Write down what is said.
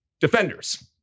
defenders